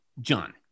John